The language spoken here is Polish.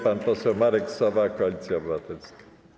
Pan poseł Marek Sowa, Koalicja Obywatelska.